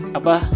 apa